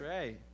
right